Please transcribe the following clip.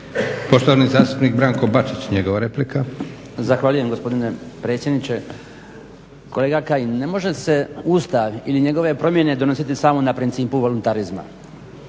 Poštovani zastupnik Branko Bačić, njegova replika. **Bačić, Branko (HDZ)** Zahvaljujem gospodine predsjedniče. Kolega Kajin, ne može se Ustav ili njegove promjene donositi samo na principu voluntarizma.